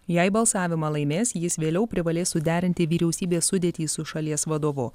jei balsavimą laimės jis vėliau privalės suderinti vyriausybės sudėtį su šalies vadovu